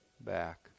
back